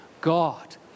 God